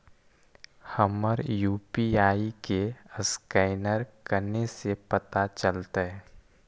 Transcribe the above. हमर यु.पी.आई के असकैनर कने से पता चलतै?